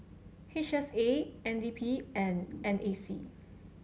H S A N D P and N A C